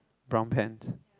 brown pants